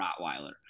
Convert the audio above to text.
Rottweiler